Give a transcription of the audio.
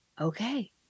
okay